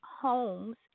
homes